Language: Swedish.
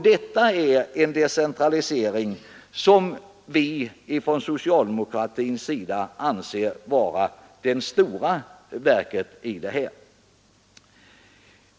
Detta är en decentralisering som vi från socialdemokratins sida anser vara det stora och viktiga i förslaget.